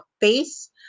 face